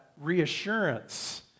reassurance